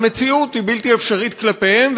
המציאות היא בלתי אפשרית כלפיהם,